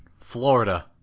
Florida